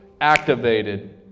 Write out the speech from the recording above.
activated